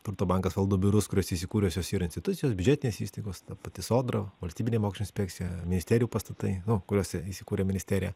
turto bankas valdo biurus kuriuose įsikiūrusios yra institucijos biudžetinės įstaigos ta pati sodra valstybinė mokesčių inspekcija ministerijų pastatai kuriuose įsikurė ministerija